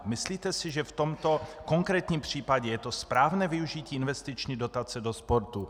Myslíte si, že v tomto konkrétním případě je to správné využití investiční dotace do sportu?